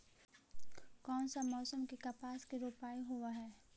कोन सा मोसम मे कपास के रोपाई होबहय?